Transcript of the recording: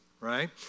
Right